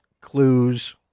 Clues